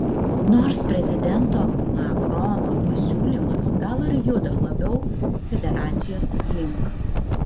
nors prezidento macrono pasiūlymas gal ir juda labiau federacijos link